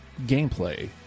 gameplay